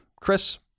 chris